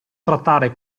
trattare